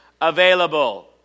available